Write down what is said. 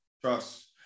Trust